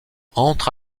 entre